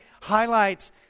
highlights